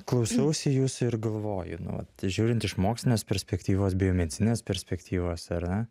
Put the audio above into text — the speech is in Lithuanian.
klausausi jūsų ir galvoju nu žiūrint iš mokslinės perspektyvos biomedicininės perspektyvos yra